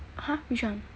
!huh! which one